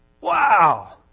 Wow